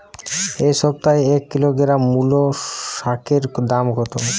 এ সপ্তাহে এক কিলোগ্রাম মুলো শাকের দাম কত?